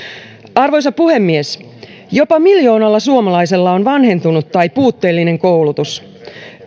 arvoisa puhemies jopa miljoonalla suomalaisella on vanhentunut tai puutteellinen koulutus